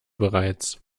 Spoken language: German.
bereits